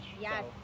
yes